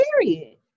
Period